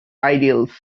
ideals